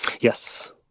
Yes